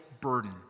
burden